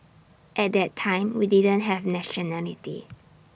at that time we didn't have nationality